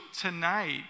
tonight